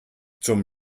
zum